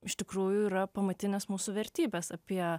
iš tikrųjų yra pamatinės mūsų vertybės apie